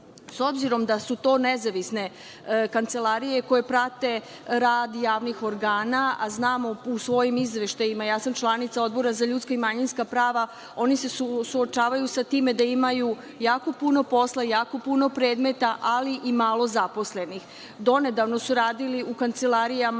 obzirom da su to nezavisne kancelarije koje prate rad javnih organa, a znamo u svojim izveštajima, ja sam članica Odbora za ljudska i manjinska prava, oni se suočavaju sa time da imaju jako puno posla, jako puno predmeta, ali i malo zaposlenih. Donedavno su radili u kancelarijama